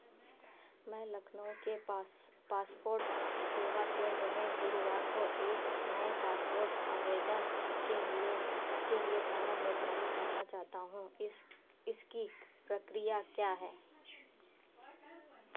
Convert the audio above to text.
मैं लखनऊ के पास पासपोर्ट सेवा केंद्र में गुरुवार को एक नए पासपोर्ट आवेदन के लिए के लिए समय निर्धारित करना चाहता हूँ इस इसकी प्रक्रिया क्या है